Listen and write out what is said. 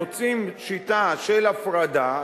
היינו אולי מוצאים שיטה של הפרדה,